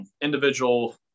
individual